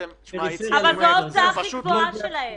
זו ההוצאה הכי גבוהה שלהם.